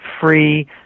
free